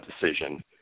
decision